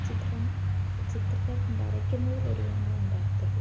ചിത്രം ചിത്രം വരയ്ക്കുന്നതിൽ ഒരു ഗുണവും ഉണ്ടാവത്തുള്ളു